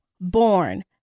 born